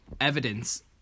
evidence